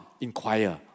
inquire